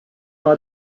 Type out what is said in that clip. hour